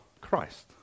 Christ